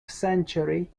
century